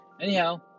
Anyhow